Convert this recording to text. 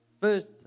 first